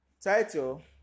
title